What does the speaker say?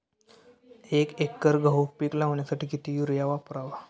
एक एकर गहू पीक लावण्यासाठी किती युरिया वापरावा?